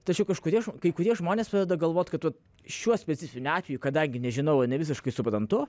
tačiau kažkodėl kai kurie žmonės pradeda galvot kad šiuo specifiniu atveju kadangi nežinau ar nevisiškai suprantu